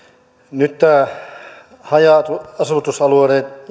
nyt tämä haja asutusalueiden